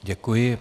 Děkuji.